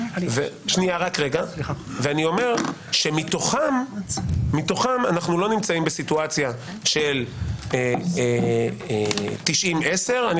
אני אומר שמתוכן אנחנו לא נמצאים בסיטואציה של 90-10 אלא אני